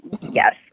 Yes